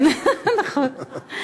כן, נכון.